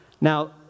Now